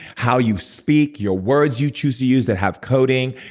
how you speak, your words you choose to use that have coding.